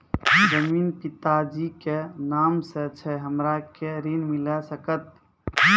जमीन पिता जी के नाम से छै हमरा के ऋण मिल सकत?